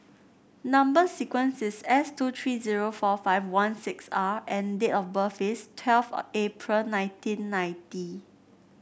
number sequence is S two tree zero four five one six R and date of birth is twelve April nineteen ninety